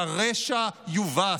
שהרשע יובס.